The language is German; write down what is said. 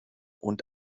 und